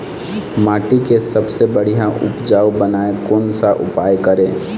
माटी के सबसे बढ़िया उपजाऊ बनाए कोन सा उपाय करें?